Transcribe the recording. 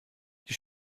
die